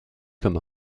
comme